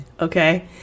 Okay